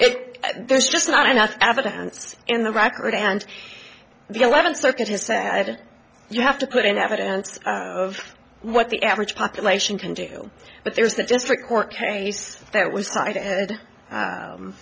it there's just not enough evidence in the record and the eleventh circuit has said you have to put in evidence of what the average population can do but there's the district court case that was